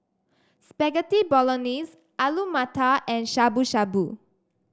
Spaghetti Bolognese Alu Matar and Shabu Shabu